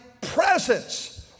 presence